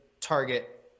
target